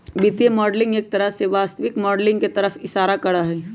वित्तीय मॉडलिंग एक तरह से वास्तविक माडलिंग के तरफ इशारा करा हई